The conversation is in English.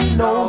no